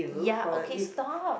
ya okay stop